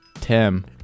Tim